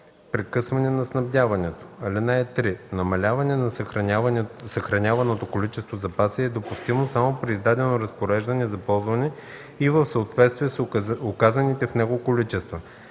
прекъсване на снабдяването. (3) Намаляване на съхраняваното количество запаси е допустимо само при издадено разпореждане за ползване и в съответствие с указаните в него количества.